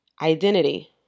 Identity